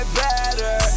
better